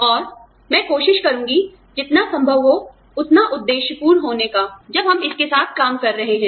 और मैं कोशिश करूंगी जितना संभव हो उतना उद्देश्यपूर्ण होने का जब हम इसके साथ काम कर रहे हैं